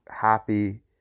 happy